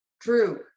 true